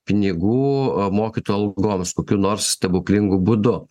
pinigų mokytojų algoms kokiu nors stebuklingu būdu